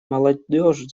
молодежь